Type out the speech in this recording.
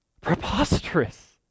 Preposterous